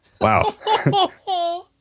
Wow